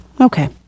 Okay